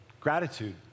gratitude